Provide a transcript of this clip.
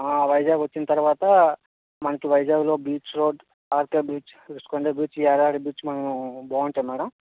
వైజాగ్ వచ్చిన తర్వాత మనకి వైజాగ్లో beach road RK beach Rushikonda beach Yarada beach మనము బాగుంటాయి మ్యాడమ్